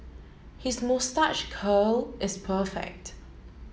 his moustache curl is perfect